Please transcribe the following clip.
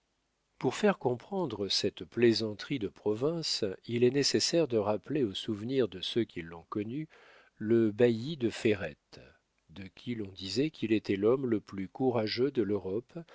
pour faire comprendre cette plaisanterie de province il est nécessaire de rappeler au souvenir de ceux qui l'ont connu le bailli de ferrette de qui l'on disait qu'il était l'homme le plus courageux de l'europe